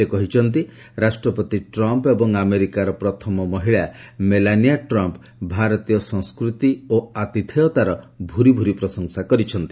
ସେ କହିଛନ୍ତି ଯେ ରାଷ୍ଟ୍ରପତି ଟ୍ରମ୍ପ ଏବଂ ଆମେରିକାର ପ୍ରଥମ ମହିଳା ମେଲାନିଆ ଟ୍ରମ୍ପ ଭାରତୀୟ ସଂସ୍କୃତି ଓ ଆତିଥେୟତାର ଭୂରିଭୂରି ପ୍ରଶଂସା କରିଛନ୍ତି